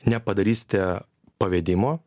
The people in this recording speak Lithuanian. nepadarysite pavedimo